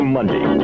Monday